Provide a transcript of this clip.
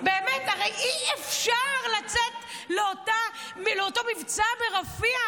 באמת, הרי אי-אפשר לצאת לאותו מבצע ברפיח,